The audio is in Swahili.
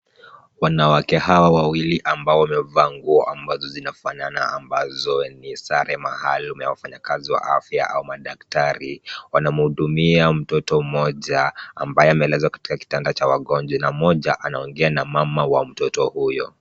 Wanawake hawa wawili ambao wamevaa nguo ambazo zinafanana, ambazo ni sare maalum ya wafanyikazi wa afya au madaktari, wanamhudumia mtoto mmoja ambaye amelazwa katika kitanda cha wagonjwa na mmoja anaongea na mama wa mtoto huyo.